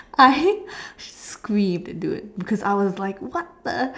I screamed dude because I was like what the